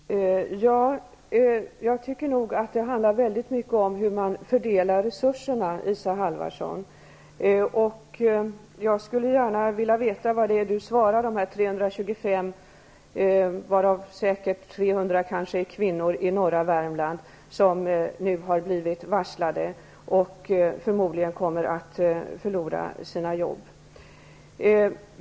Herr talman! Jag tycker att det mycket handlar om hur man fördelar resurserna, Isa Halvarsson. Jag skulle vilja veta vad hon vill säga till de 325 personer, varav säkert 300 är kvinnor, i norra Värmland som nu har blivit varslade och förmodligen kommer att förlora sina jobb.